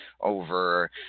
over